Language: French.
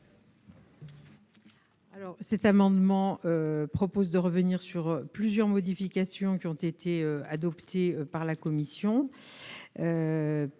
auteurs de l'amendement n° 774 proposent de revenir sur plusieurs modifications qui ont été adoptées par la commission